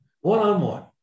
one-on-one